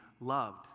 loved